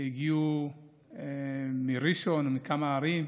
שהגיעו מראשון ומכמה ערים,